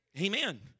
Amen